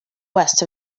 west